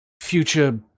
future